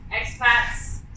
expats